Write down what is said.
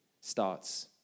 starts